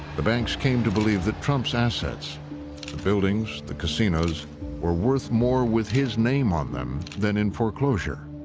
the banks came to believe that trump's assets the buildings, the casinos were worth more with his name on them than in foreclosure.